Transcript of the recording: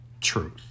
truth